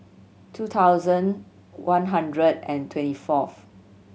two thousand one hundred and twenty fourth